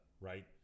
right